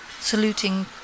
saluting